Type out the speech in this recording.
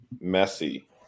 messy